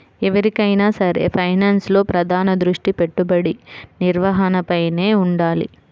ఎవరికైనా సరే ఫైనాన్స్లో ప్రధాన దృష్టి పెట్టుబడి నిర్వహణపైనే వుండాలి